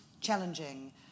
challenging